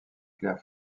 claire